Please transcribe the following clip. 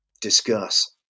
Discuss